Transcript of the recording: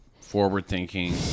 forward-thinking